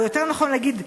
או יותר נכון להגיד,